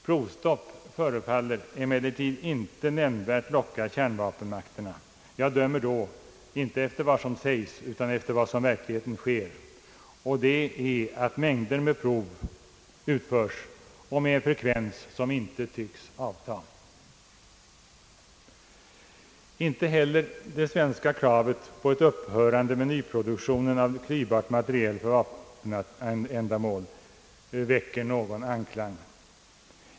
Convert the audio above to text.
Provstopp förefaller emellertid inte nämnvärt locka kärnvapenmakterna — jag dömer då icke efter vad som sägs utan efter vad som i verkligheten sker och det är att mängder av prov utförs med en frekvens som inte tycks avta. Inte heller det svenska kravet på ett upphörande med nyproduktionen av klyvbart material för vapenändamål väcker någon anklang.